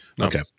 Okay